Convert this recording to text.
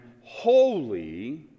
holy